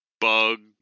bug